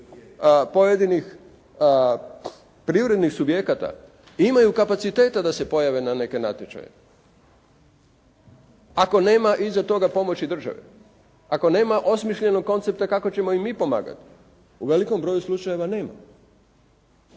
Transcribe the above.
pojedinih privrednih subjekata imaju kapaciteta da se pojave na neke natječaje ako nema iza toga pomoći države, ako nema osmišljenog koncepta kako ćemo im pomagati. U velikom broju slučajeva nema.